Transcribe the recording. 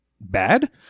bad